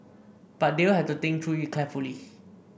but they will have to think through it carefully